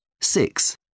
six